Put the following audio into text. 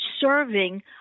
serving